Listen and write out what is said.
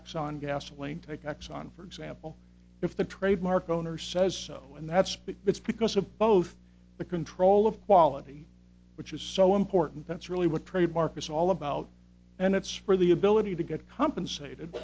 exxon gasoline take exxon for example if the trademark owner says so and that's big it's because of both the control of quality which is so important that's really what trademark is all about and it's for the ability to get compensated